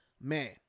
Man